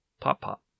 pop-pop